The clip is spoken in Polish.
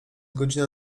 godzina